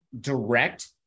direct